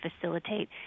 facilitate